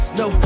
no